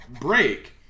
break